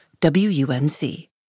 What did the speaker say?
WUNC